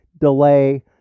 delay